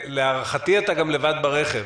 להערכתי, אתה גם לבד ברכב.